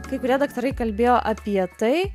kai kurie daktarai kalbėjo apie tai